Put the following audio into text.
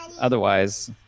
Otherwise